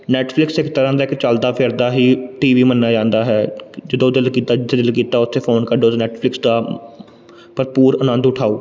Netflix ਇੱਕ ਤਰ੍ਹਾਂ ਦਾ ਇੱਕ ਚਲਦਾ ਫਿਰਦਾ ਹੀ ਟੀ ਵੀ ਮੰਨਿਆ ਜਾਂਦਾ ਹੈ ਜਦੋਂ ਦਿਲ ਕੀਤਾ ਜਿੱਥੇ ਦਿਲ ਕੀਤਾ ਉੱਥੇ ਫੋਨ ਕੱਢੋ ਅਤੇ ਨੈਟਫਲਿਕਸ ਦਾ ਭਰਪੂਰ ਆਨੰਦ ਉਠਾਓ